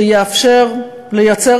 שיאפשר לייצר